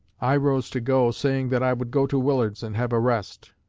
i rose to go, saying that i would go to willard's, and have a rest.